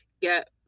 get